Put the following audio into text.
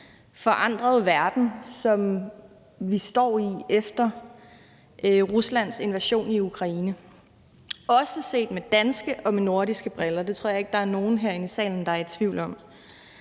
forandret verden, som vi står i efter Ruslands invasion i Ukraine, også set med danske og med nordiske briller. Det tror jeg ikke der er nogen herinde i salen der er i tvivl om.